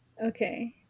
Okay